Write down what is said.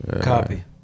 Copy